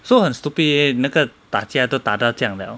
so 很 stupid 那个打架都打到这样 liao